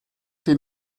die